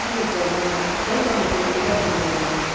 okay sir நாங்கள் try பண்ணுறோம் sir net case எடுக்கிற மாதிரி